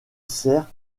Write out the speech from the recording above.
sert